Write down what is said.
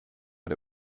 but